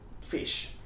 fish